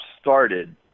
started